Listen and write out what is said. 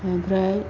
ओमफ्राय